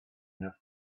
enough